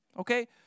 Okay